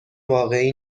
واقعی